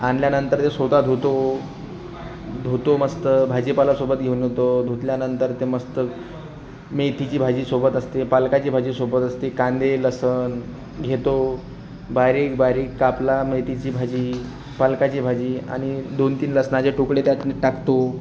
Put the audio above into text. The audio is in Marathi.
आणल्यानंतर ते स्वतः धुतो धुतो मस्त भाजीपाला सोबत घेऊन येतो धुतल्यानंतर ते मस्त मेथीची भाजी सोबत असते पालकाची भाजी सोबत असते कांदे लसण घेतो बारीक बारीक कापला मेथीची भाजी पालकाची भाजी आणि दोन तीन लसणाचे तुकडे त्यात मी टाकतो